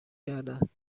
کردند